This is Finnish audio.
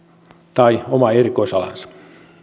tai oma erikoisalansa